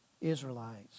Israelites